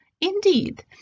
Indeed